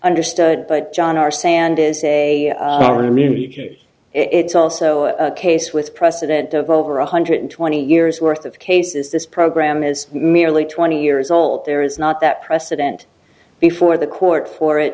understood but john our sand is a community it's also a case with precedent of over one hundred twenty years worth of cases this program is merely twenty years old there is not that precedent before the court for it